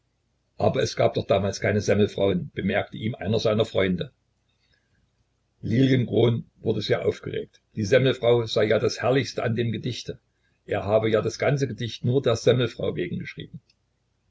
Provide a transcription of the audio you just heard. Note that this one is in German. aber es gab doch damals keine semmelfrauen bemerkte ihm einer seiner freunde lilienkron wurde sehr aufgeregt die semmelfrau sei ja das herrlichste an dem gedichte er habe ja das ganze gedicht nur der semmelfrau wegen geschrieben